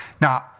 Now